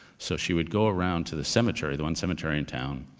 so she would go around to the cemetery, the one cemetery in town,